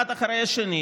אחד אחרי השני,